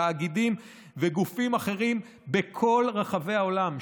תאגידים וגופים אחרים בכל רחבי העולם,